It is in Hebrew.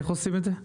איך עושים את זה?